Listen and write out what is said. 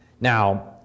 Now